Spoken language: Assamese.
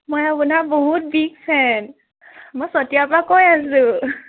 মই আপোনাৰ বহুত বিগ ফেন মই চতিয়াৰ পৰা কৈ আছোঁ